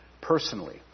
personally